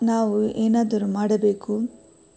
ನಾವು ಏನಾದರೂ ಮಾಡಬೇಕು